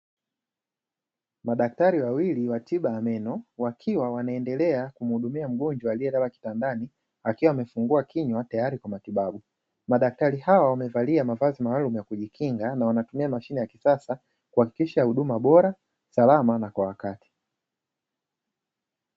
Madaktari wa wili wa tiba ya meno wakiwa wanaendelea kumuhudumia mgonjwa aliyelala kitandani, akiwa amefungua kinywa tayari kwa matibabu, madaktari hawa wamevalia mavazi maalumu kwa ajili ya kujikinga, na wanatumia mashine za kisasa ili kuhakikisha huduma bora, salama na kwa wakati.